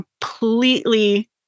completely